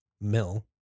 mill